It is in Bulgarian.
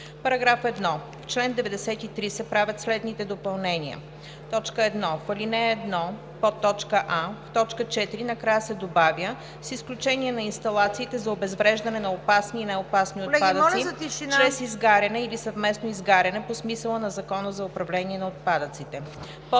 § 1: „§ 1. В чл. 93 се правят следните допълнения: 1. В ал. 1: а) в т. 4 накрая се добавя „с изключение на инсталациите за обезвреждане на опасни и неопасни отпадъци чрез изгаряне или съвместно изгаряне по смисъла на Закона за управление на отпадъците“; б)